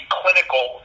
clinical